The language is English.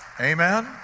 Amen